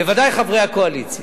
בוודאי חברי הקואליציה,